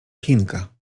chinka